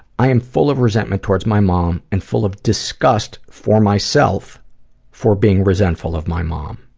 i am full of resentment towards my mom and full of disgust for myself for being resentful of my mom.